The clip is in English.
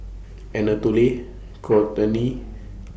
Anatole Kortney